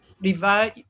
Revise